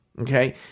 Okay